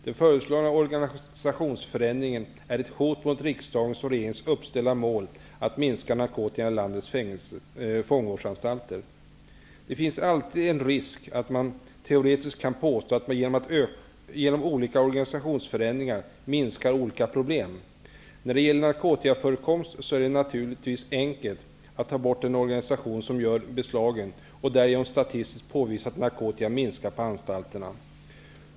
Den föreslagna organisationsförändringen är ett hot mot riksdagens och regeringens uppställda mål att minska narkotikan på landets fångvårdsanstalter. Det finns alltid en risk att man teoretiskt kan påstå att man genom olika organisationsförändringar minskar olika problem. När det gäller narkotikaförekomst är det naturligtvis enkelt att ta bort den organisation som gör beslagen och därigenom statistiskt påvisa att narkotikan minskar på anstalterna.